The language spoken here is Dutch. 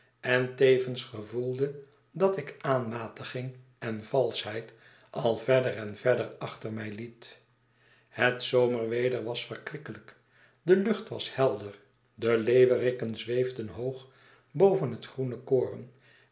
en tevensgevoelde dat ik aanmatiging en valschheid al verder en verder achter mij liet het zomerweder was verkwikkelijk de lucht was helder de leeuweriken zweefden hoogboven het groene koren